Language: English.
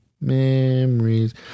memories